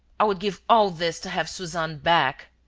i would give all this to have suzanne back.